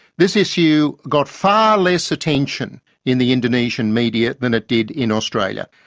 this issue got far less attention in the indonesian media than it did in australia,